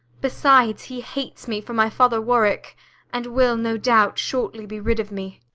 besides, he hates me for my father warwick and will, no doubt, shortly be rid of me.